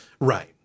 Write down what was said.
Right